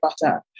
butter